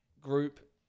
Group